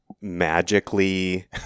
Magically